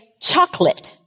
chocolate